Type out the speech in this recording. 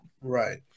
Right